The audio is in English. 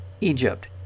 Egypt